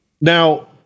Now